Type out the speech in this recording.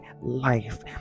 life